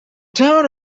town